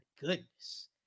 goodness